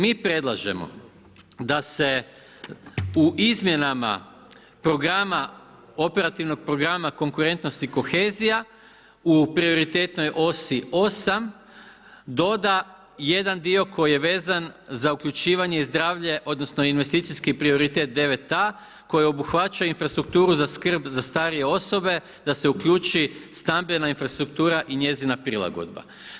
Mi predlažemo da se u izmjenama operativnog programa konkurentnosti kohezija u prioritetnoj osi 8 doda jedan dio koji je vezan za uključivanje i zdravlje, odnosno investicijski prioritet 9a koji obuhvaća infrastrukturu za skrb za starije osobe, da se uključi stambena infrastruktura i njezina prilagodba.